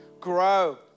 Grow